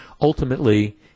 Ultimately